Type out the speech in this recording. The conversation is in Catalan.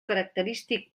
característic